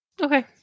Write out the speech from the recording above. Okay